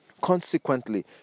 Consequently